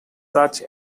such